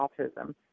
autism